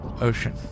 ocean